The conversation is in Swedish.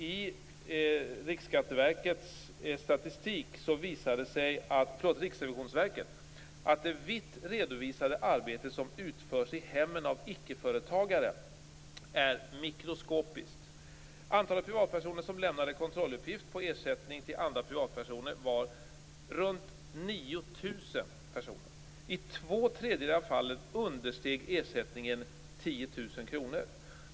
I Riksrevisionsverkets statistik, Thomas Östros, visar det sig att det vitt redovisade arbete som utförs i hemmen av icke-företagare är mikroskopiskt. Antalet privatpersoner som lämnade kontrolluppgift på ersättning till andra privatpersoner var runt 9 000. I två tredjedelar av fallen understeg ersättningen 10 000 kr.